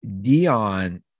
Dion